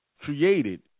created